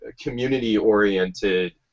community-oriented